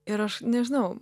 ir aš nežinau